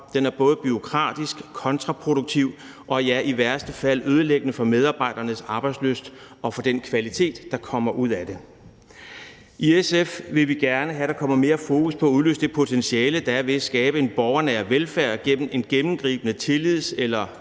den er både bureaukratisk, kontraproduktiv og, ja, i værste fald ødelæggende for medarbejdernes arbejdslyst og for den kvalitet, der kommer ud af det. I SF vil vi gerne have, at der kommer mere fokus på at udløse det potentiale, der er ved at skabe en borgernær velfærd gennem en gennemgribende tillids- eller